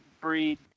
breed